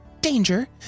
danger